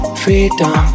freedom